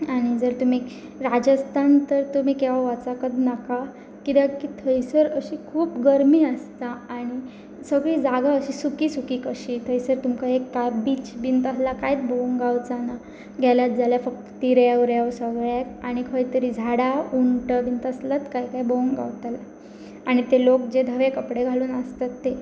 आनी जर तुमी राजस्थान तर तुमी केवा वचकच नाका कित्याक की थंयसर अशी खूब गर्मी आसता आनी सगळीं जागा अशी सुकी सुकी कशी थंयसर तुमकां एक कांय बीच बीन तसला कांयच भोवंक गावच ना गेल्यात जाल्यार फक्त ती रेंव रेंव सगळ्याक आनी खंय तरी झाडां उंट बीन तसलात कायां काय भोवंक गावताले आनी ते लोक जे धवे कपडे घालून आसतात ते